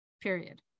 period